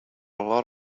lot